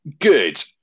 Good